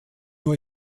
nur